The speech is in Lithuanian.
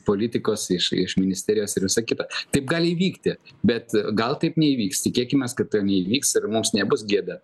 politikos iš ministerijos ir visa kita taip gali įvykti bet gal taip neįvyks tikėkimės kad taip neįvyks ir mums nebus gėda